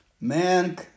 man